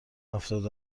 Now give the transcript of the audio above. هفتاد